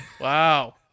Wow